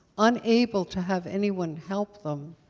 unable to have anyone help them,